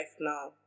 now